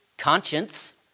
Conscience